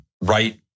right